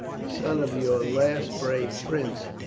the son of your last brave prince,